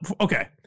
Okay